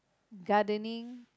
gardening